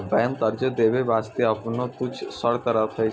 बैंकें कर्जा दै बास्ते आपनो कुछ शर्त राखै छै